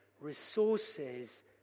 resources